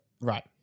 right